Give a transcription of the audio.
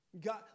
God